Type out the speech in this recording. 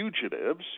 fugitives